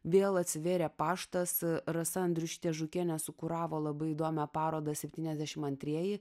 vėl atsivėrė paštas rasa andriušytė žukienė sukuravo labai įdomią parodą septyniasdešim antrieji